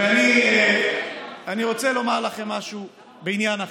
אני רוצה לומר לכם משהו בעניין אחר,